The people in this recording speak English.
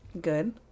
Good